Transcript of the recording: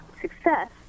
success